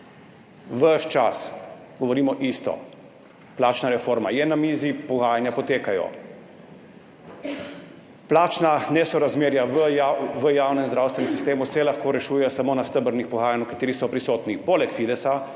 čas govorimo isto: plačna reforma je na mizi, pogajanja potekajo, plačna nesorazmerja v javnem zdravstvenem sistemu se lahko rešujejo samo na stebrnih pogajanjih, na katerih so prisotni poleg Fidesa